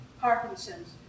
Parkinson's